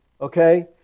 Okay